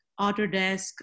Autodesk